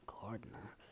gardener